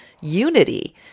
unity